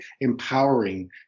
empowering